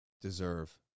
deserve